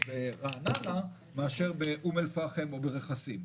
ברעננה מאשר באום אל-פאחם או ברכסים.